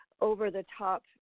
over-the-top